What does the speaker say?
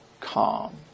calm